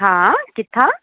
हा किथां